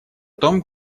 том